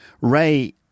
Ray